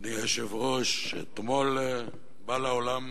אדוני היושב-ראש, אתמול בא לעולם